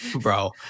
bro